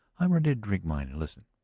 i am ready to drink mine and listen.